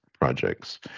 projects